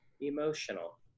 emotional